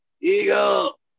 Eagle